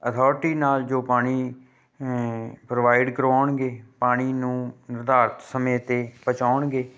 authority ਨਾਲ ਜੋ ਪਾਣੀ ਪ੍ਰੋਵਾਈਡ ਕਰਵਾਉਣਗੇ ਪਾਣੀ ਨੂੰ ਨਿਰਧਾਰਿਤ ਸਮੇਂ 'ਤੇ ਪਹੁੰਚਾਉਣਗੇ